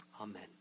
Amen